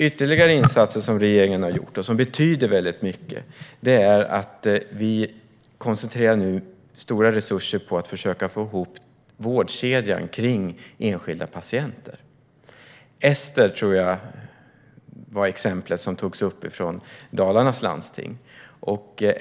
Ytterligare insatser som regeringen har gjort och som betyder väldigt mycket är att vi koncentrerar stora resurser för att försöka få ihop vårdkedjan kring enskilda patienter. Ett exempel som togs upp från Dalarnas landsting var Ester.